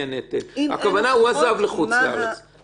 לקטין נפגע עבירה לבוא ולחשוף את זה בזמן אמת.